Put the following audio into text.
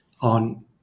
on